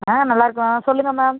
ஆ நல்லாயிருக்கோம் சொல்லுங்கள் மேம்